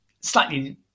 slightly